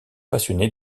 passionné